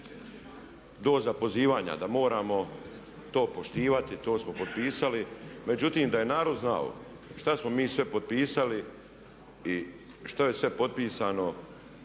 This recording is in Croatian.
doza pozivanja da moramo to poštivati, to smo potpisali. Međutim, da je narod znao šta smo mi sve potpisali i što je sve potpisano